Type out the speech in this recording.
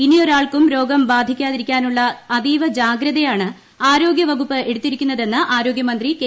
ഇനിയൊരാൾക്കും രോഗം ബാധിക്കാതിരിക്കാനുള്ള അതീവ ജാഗ്രതയാണ് ആരോഗൃ വകുപ്പ് എടുത്തിരിക്കുന്നതെന്ന് ആരോഗൃ വകുപ്പ് മന്ത്രി കെ